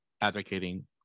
advocating